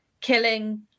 killing